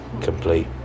complete